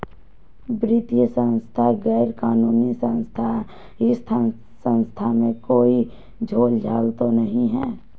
वित्तीय संस्था गैर कानूनी संस्था है इस संस्था में कोई झोलझाल तो नहीं है?